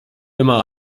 immer